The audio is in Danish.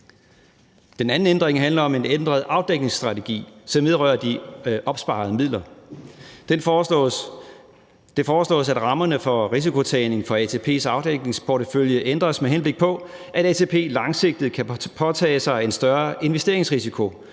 Den anden ændring handler om en ændret afdækningsstrategi, som vedrører de opsparede midler. Det foreslås, at rammerne for risikotagning for ATP's afdækningsportefølje ændres, med henblik på at ATP langsigtet kan påtage sig en større investeringsrisiko